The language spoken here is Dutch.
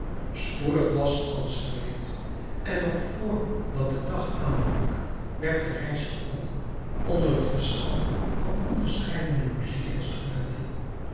spoedig was alles gereed en nog vr dat de dag aanbrak werd de reis begonnen onder het geschal van onderscheidene muzijk instrumenten